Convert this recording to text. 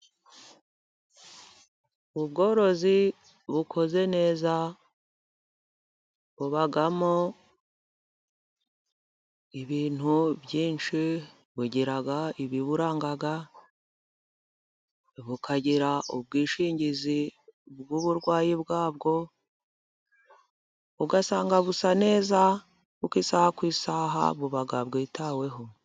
Ubworozi bukoze neza bubamo ibintu byinshi. Bugira ibiburanga bukagira ubwishingizi bw'uburwayi bwabwo, ugasanga busa neza kuko isaha ku isaha buba bwitaweho.